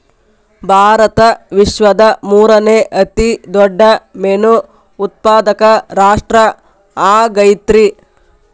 ಭಾರತ ವಿಶ್ವದ ಮೂರನೇ ಅತಿ ದೊಡ್ಡ ಮೇನು ಉತ್ಪಾದಕ ರಾಷ್ಟ್ರ ಆಗೈತ್ರಿ